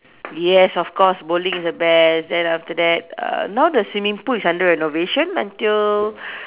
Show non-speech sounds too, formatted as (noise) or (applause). (noise) yes of course bowling (noise) is the best then after that uh now the swimming pool is under renovation until